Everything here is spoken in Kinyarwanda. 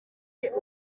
ese